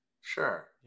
Sure